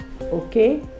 Okay